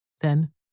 Then